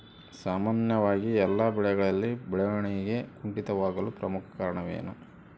ಸಾಮಾನ್ಯವಾಗಿ ಎಲ್ಲ ಬೆಳೆಗಳಲ್ಲಿ ಬೆಳವಣಿಗೆ ಕುಂಠಿತವಾಗಲು ಪ್ರಮುಖ ಕಾರಣವೇನು?